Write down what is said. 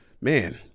man